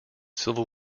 civil